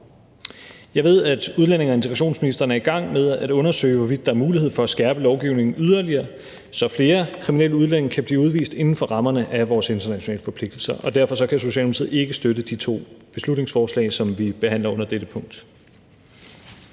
Jeg ved, at udlændinge- og integrationsministeren er i gang med at undersøge, hvorvidt der er mulighed for at skærpe lovgivningen yderligere, så flere kriminelle udlændinge kan blive udvist inden for rammerne af vores internationale forpligtelser, og derfor kan Socialdemokratiet ikke støtte de to beslutningsforslag, som vi behandler under dette punkt.